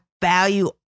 value